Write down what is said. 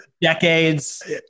decades